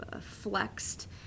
flexed